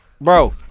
Bro